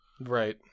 Right